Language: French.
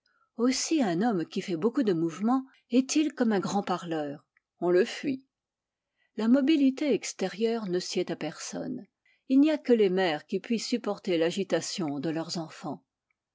aussi un homme qui fait beaucoup de mouvements est-il comme un grand parleur on le fuit la mobilité extérieure ne sied à personne il n'y a que les mères qui puissent supporter l'agitation de leurs enfants